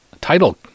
title